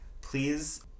Please